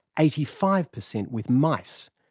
eighty five percent with mice,